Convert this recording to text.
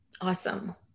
Awesome